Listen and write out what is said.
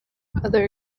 other